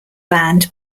band